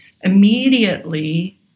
immediately